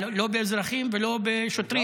לא באזרחים ולא בשוטרים,